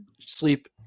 sleep